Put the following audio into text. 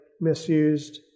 misused